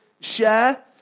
share